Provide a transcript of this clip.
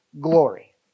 glory